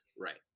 Right